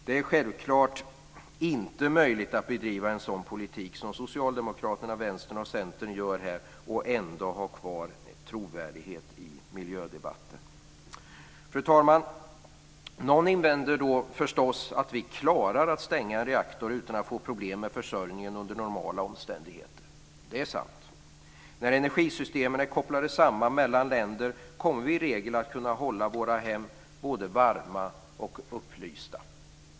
Det är självklart inte möjligt att bedriva en sådan politik som Socialdemokraterna, Vänsterpartiet och Centern gör här och ändå ha kvar en trovärdighet i miljödebatten. Fru talman! Någon invänder förstås att vi klarar att stänga en reaktor utan att få problem med försörjningen under normala omständigheter. Det är sant. När energisystemen är kopplade samman mellan länder kommer vi i regel att kunna hålla våra hem både varma och upplysta.